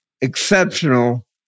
exceptional